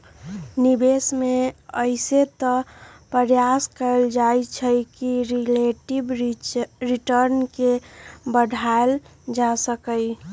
निवेश में अइसे तऽ प्रयास कएल जाइ छइ कि रिलेटिव रिटर्न के बढ़ायल जा सकइ